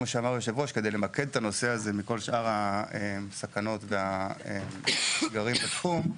כדי למקד את הנושא הזה מתוך שאר הסכנות והאתגרים בתחום,